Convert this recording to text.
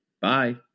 Bye